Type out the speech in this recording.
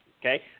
Okay